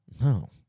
No